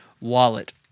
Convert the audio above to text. Wallet